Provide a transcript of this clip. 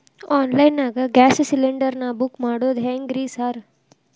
Online ನಾಗ gas cylinder ನಾ book ಮಾಡೋದ್ ಹೆಂಗ್ರಿ ಸಾರ್?